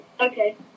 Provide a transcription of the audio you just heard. Okay